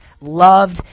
loved